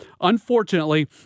unfortunately